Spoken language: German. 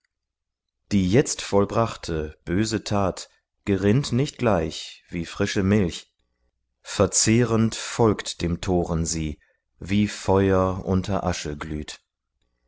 die jetzt vollbrachte böse tat gerinnt nicht gleich wie frische milch verzehrend folgt dem toren sie wie feuer unter asche glüht